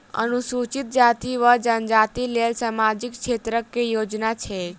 अनुसूचित जाति वा जनजाति लेल सामाजिक क्षेत्रक केँ योजना छैक?